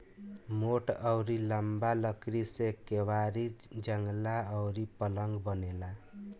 मोट अउरी लंबा लकड़ी से केवाड़ी, जंगला अउरी पलंग बनेला